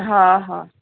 हा हा